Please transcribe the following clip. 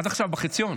עד עכשיו, בחציון.